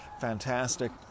fantastic